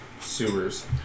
sewers